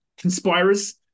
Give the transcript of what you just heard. conspirers